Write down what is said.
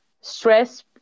stress